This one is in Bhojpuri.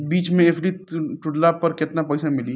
बीच मे एफ.डी तुड़ला पर केतना पईसा मिली?